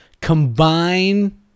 Combine